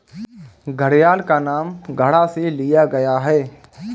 घड़ियाल का नाम घड़ा से लिया गया है